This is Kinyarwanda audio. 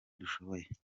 dushoboye